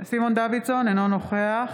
אינו נוכח